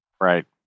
Right